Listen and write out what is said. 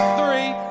three